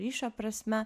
ryšio prasme